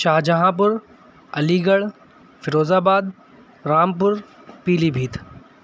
شاہجہاں پور Aligarh Firozabad Rampur پیلی بھیت